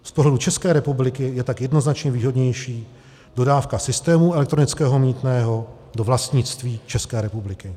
Z pohledu České republiky je tak jednoznačně výhodnější dodávka systému elektronického mýtného do vlastnictví České republiky.